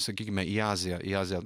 sakykime į aziją į aziją